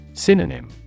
Synonym